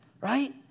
right